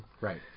Right